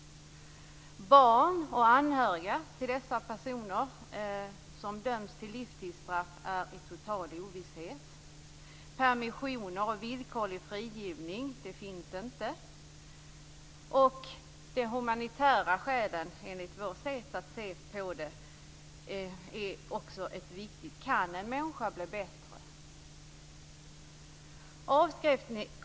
Barn och anhöriga till dem som döms till livstidsstraff befinner sig i total ovisshet. Permissioner och villkorlig frigivning finns inte. Enligt vårt sätt att se är också humanitära skäl viktiga: Kan en människa bli bättre?